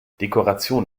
dekoration